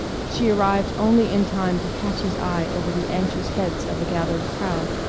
she arrived only in time to catch his eye over the anxious heads of a gathered crowd.